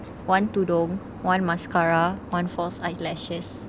one tudung one mascara one false eyelashes